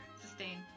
Sustain